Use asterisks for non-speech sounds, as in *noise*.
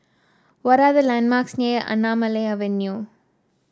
what are the landmarks near *unintelligible* Avenue